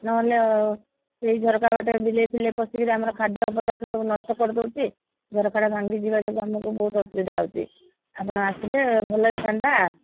ନହେଲେ ସେଇ ଝରକା ବାଟେ ବିଲେଇ ଫିଲେଇ ପଶିକିରି ଆମର ଖାଦ୍ୟ ପଦାର୍ଥ ସବୁ ନଷ୍ଟ କରିଦେଉଛି ଝରକାଟା ଭାଙ୍ଗି ଯିବା ଯୋଗୁଁ ଆମକୁ ବହୁତ ଅସୁବିଧା ହେଉଛି ଆପଣ ଆସିଲେ ଭଲ ହୋଇଥାନ୍ତା